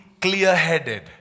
clear-headed